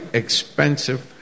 expensive